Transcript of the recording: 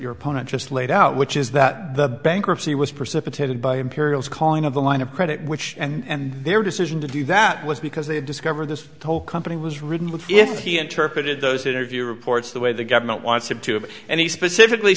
your opponent just laid out which is that the bankruptcy was precipitated by imperials calling of the line of credit which and their decision to do that was because they discovered this whole company was written with if he interpreted those interview reports the way the government wants him to it and he specifically